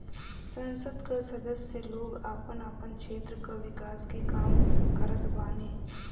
संसद कअ सदस्य लोग आपन आपन क्षेत्र कअ विकास के काम करत बाने